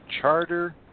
Charter